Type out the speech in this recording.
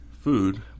food